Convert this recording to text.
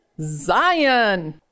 Zion